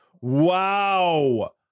Wow